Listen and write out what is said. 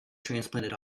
transplanted